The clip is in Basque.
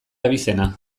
abizena